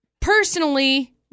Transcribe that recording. personally